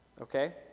Okay